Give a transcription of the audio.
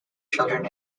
children